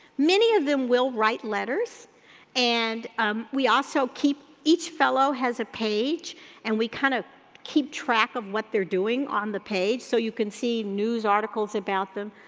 many of them will write letters and um we also keep, each fellow has a page and we kinda kind of keep track of what they're doing on the page, so you can see news articles about them.